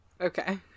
Okay